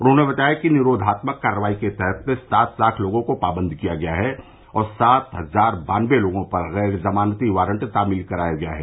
उन्होंने बताया कि निरोधात्मक कार्रवाई के तहत सात लाख लोगों को पावंद किया गया है और सात हजार बान्नबे लोगों पर गैर जमानती वारंट तामील कराया गया है